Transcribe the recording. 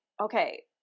okay